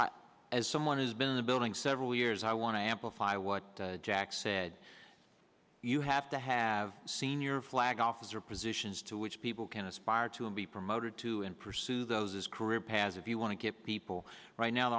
as someone who has been in the building several years i want to amplify what jack said you have to have seen your flag officer positions to which people can aspire to and be promoted to and pursue those as career paths if you want to get people right now the